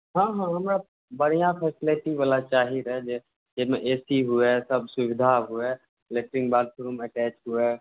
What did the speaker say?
हँ हँ हमरा बढ़िऑं फेसिलिटी वाला चाही जाहिमे ए सी हुए सभ सुविधा हुए लैट्रिन बाथरुम अटैच हुए